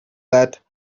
that